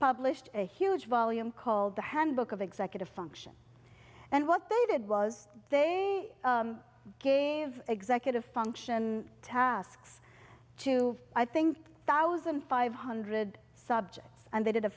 published a huge volume called the handbook of executive function and what they did was they gave executive function tasks to i think thousand five hundred subjects and they did a